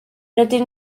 rydyn